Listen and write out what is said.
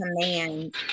command